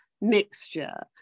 mixture